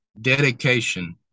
dedication